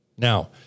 Now